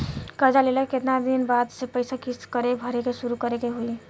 कर्जा लेला के केतना दिन बाद से पैसा किश्त भरे के शुरू करे के होई?